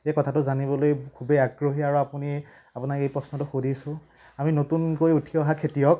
এই কথাটো জানিবলৈ খুবেই আগ্ৰহী আৰু আপুনি আপোনাক এই প্ৰশ্নটো সুধিছোঁ আমি নতুনকৈ উঠি অহা খেতিয়ক